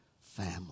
family